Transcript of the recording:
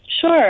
Sure